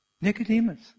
Nicodemus